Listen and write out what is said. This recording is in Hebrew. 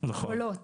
עולות